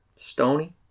stony